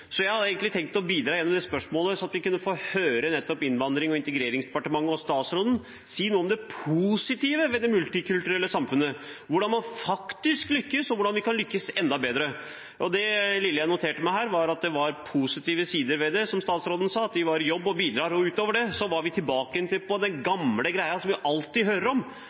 å bidra til at vi kunne få høre nettopp innvandrings- og integreringsstatsråden si noe om det positive ved det multikulturelle samfunnet – hvordan man faktisk lykkes, og hvordan vi kan lykkes enda bedre. Det lille jeg noterte meg her, som statsråden sa, var at det er positive sider ved det – de var i jobb og bidrar. Utover det var vi tilbake på det gamle sporet som vi alltid hører om,